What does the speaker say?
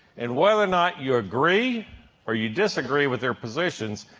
and whether or not you agree or you disagree with their positions,